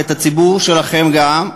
ואת הציבור שלכם גם,